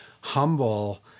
humble